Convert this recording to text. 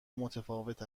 متفاوت